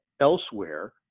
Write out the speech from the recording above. elsewhere